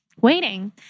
waiting